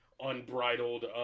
Unbridled